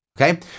okay